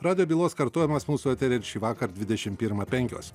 radijo bylos kartojimas mūsų eteryje ir šįvakar dvidešim pirmą penkios